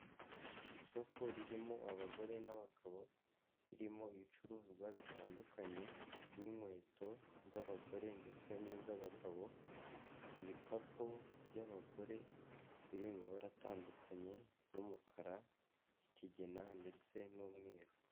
Isoko ririmo abagore n'abagabo ririmo ibicuruzwa bitandukanye nk'inkweto z'abagore, ndetse n'iz'abagabo ibikapu by'abagore biri mumabara aratandukanye nk'umukara, ikigina, ndetse n'umweru.